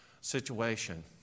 situation